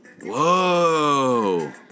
Whoa